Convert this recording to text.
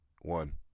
One